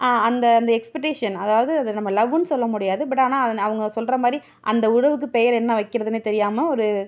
அந்த அந்த எக்ஸ்பட்டேஷன் அதாவது அத நம்ம லவ்வுன்னு சொல்ல முடியாது பட் ஆனால் அ அவங்க சொல்கிற மாதிரி அந்த உறவுக்கு பெயர் என்ன வைக்கிறதுனே தெரியாமல் ஒரு